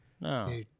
No